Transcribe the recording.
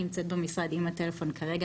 נמצאת במשרד עם הטלפון כרגע,